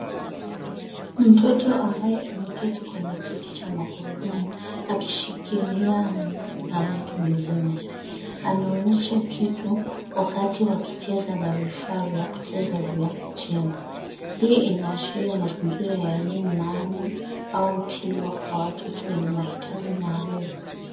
Mtoto ambaye ameketi kwenye kiti cha magurudumu akishikilia na mtu mzima, anaonyesha kitu wakati wakicheza na vifaa vya kucheza vya kujenga. Hii inaashiria mazingira ya elimu maalum au tiba kwa watoto wenye mahitaji maalum.